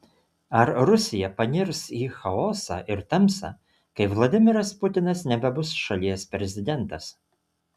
ar rusija panirs į chaosą ir tamsą kai vladimiras putinas nebebus šalies prezidentas